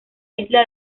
isla